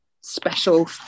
special